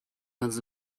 kannst